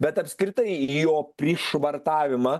bet apskritai jo prišvartavimą